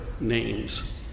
Names